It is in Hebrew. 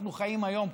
אנחנו חיים היום,